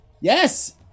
Yes